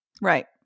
right